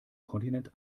kontinent